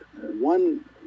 one